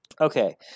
Okay